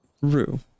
Rue